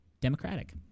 Democratic